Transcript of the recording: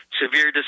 severe